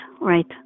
right